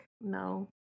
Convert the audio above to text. No